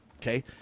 Okay